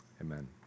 amen